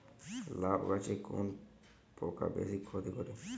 লাউ গাছে কোন পোকা বেশি ক্ষতি করে?